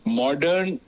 modern